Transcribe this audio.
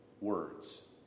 words